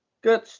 good